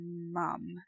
mum